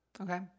Okay